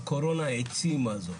הקורונה העצימה זאת